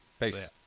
Peace